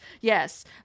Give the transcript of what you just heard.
Yes